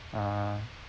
ah